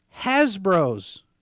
Hasbro's